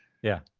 yeah.